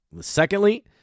secondly